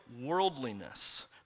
worldliness